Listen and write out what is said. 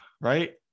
right